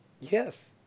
Yes